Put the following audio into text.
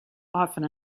often